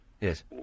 Yes